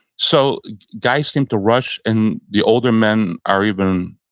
so guys seem to rush and the older men are even